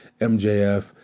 MJF